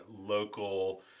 local